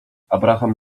abraham